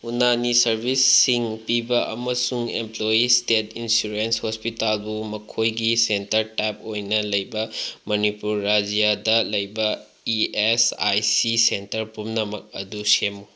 ꯎꯅꯥꯅꯤ ꯁꯥꯔꯕꯤꯁꯁꯤꯡ ꯄꯤꯕ ꯑꯃꯁꯨꯡ ꯑꯦꯝꯄ꯭ꯂꯣꯌꯤ ꯏꯁꯇꯦꯠ ꯏꯟꯁꯨꯔꯦꯟꯁ ꯍꯣꯁꯄꯤꯇꯥꯜꯕꯨ ꯃꯈꯣꯏꯒꯤ ꯁꯦꯟꯇꯔ ꯇꯥꯏꯞ ꯑꯣꯏꯅ ꯂꯩꯕ ꯃꯅꯤꯄꯨꯔ ꯔꯥꯏꯖ꯭ꯌꯗ ꯂꯩꯕ E S I C centre ꯄꯨꯝꯅꯃꯛ ꯑꯗꯨ ꯁꯦꯝꯃꯨ